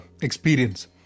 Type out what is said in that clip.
experience